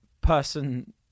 person